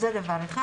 אז זה דבר אחד.